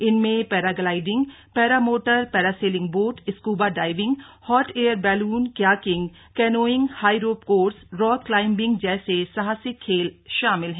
इनमें paragliding para motor parasailing boat scuba diving hot air balloon kayaking canoeing high rope course rock climbing जैसे साहसिक खेल शामिल हैं